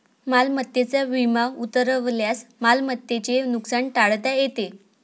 मालमत्तेचा विमा उतरवल्यास मालमत्तेचे नुकसान टाळता येते